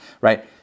Right